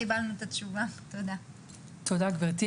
תודה, גברתי.